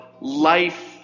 life